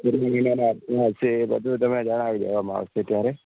તમે વિનાના હાથમાં આવશે એ તમને બધું જણાવી દેવામાં આવશે ત્યારે